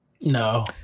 No